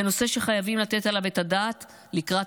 זה נושא שחייבים לתת עליו את הדעת לקראת